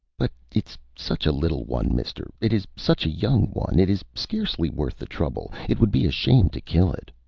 but it is such a little one, mister! it is such a young one! it is scarcely worth the trouble. it would be a shame to kill it.